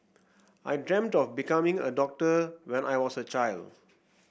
I dreamt of becoming a doctor when I was a child